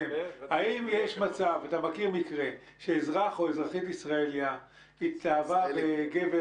מכיר מקרה שאזרח או אזרחית ישראלית התאהבה בגבר